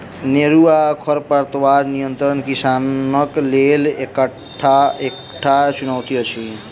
अनेरूआ खरपातक नियंत्रण किसानक लेल एकटा चुनौती अछि